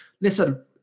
listen